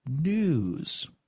news